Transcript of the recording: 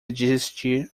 desistir